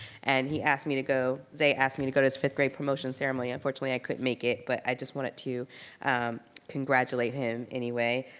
and he asked me to go, they asked me to go to his fifth grade promotion ceremony. unfortunately i couldn't make it. but i just wanted to congratulate him anyway.